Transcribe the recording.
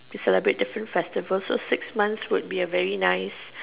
celebrate different festivals so six months would be a very nice